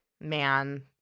man